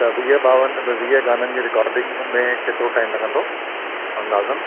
त वीह ॿावनि में वीह गाननि जी रिकॉडिंग में केतिरो टाइम लॻंदो अंदाज़नि